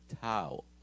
tau